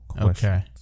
Okay